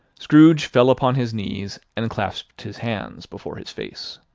scrooge fell upon his knees, and clasped his hands before his face.